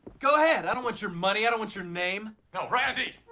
go ahead. i don't want your money. i don't want your name. no, randy!